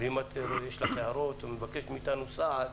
ואם יש לך שאלות או את מבקשת מאיתנו סעד